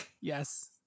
yes